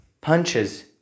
punches